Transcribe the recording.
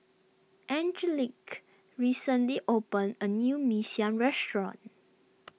Angelique recently opened a new Mee Siam restaurant